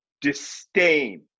disdain